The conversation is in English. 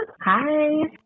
Hi